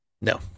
No